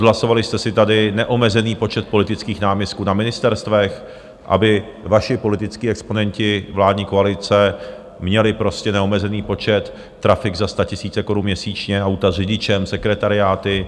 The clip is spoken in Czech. Odhlasovali jste si tady neomezený počet politických náměstků na ministerstvech, aby vaši političtí exponenti vládní koalice měli neomezený počet trafik za statisíce korun měsíčně, auta s řidičem, sekretariáty.